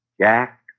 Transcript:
Jack